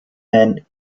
and